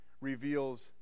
reveals